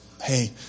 Hey